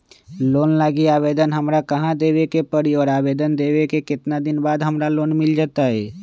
Loan लागी आवेदन हमरा कहां देवे के पड़ी और आवेदन देवे के केतना दिन बाद हमरा लोन मिल जतई?